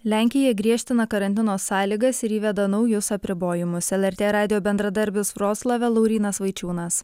lenkija griežtina karantino sąlygas ir įveda naujus apribojimus lrt radijo bendradarbis vroclave laurynas vaičiūnas